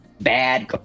bad